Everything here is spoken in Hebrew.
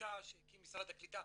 עמותה שהקים משרד הקליטה.